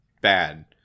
bad